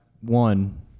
one